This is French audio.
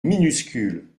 minuscule